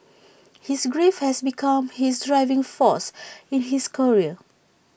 his grief has become his driving force in his career